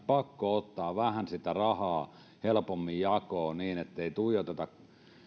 pakko ottaa sitä rahaa vähän helpommin jakoon niin ettei tuijoteta